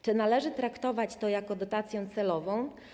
Czy należy traktować to jako dotację celową?